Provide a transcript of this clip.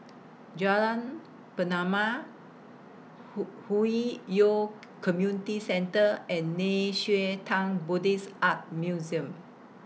Jalan Pernama Hwi Yoh Community Centre and Nei Xue Tang Buddhist Art Museum